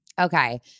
Okay